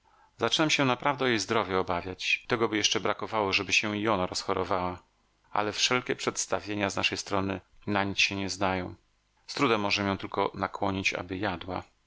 zaczynam się naprawdę o jej zdrowie obawiać tegoby jeszcze brakowało żeby się i ona rozchorowała ale wszelkie przedstawienia z naszej strony na nic się nie zdają z trudem możemy ją tylko nakłonić aby jadła